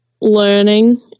learning